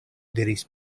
diris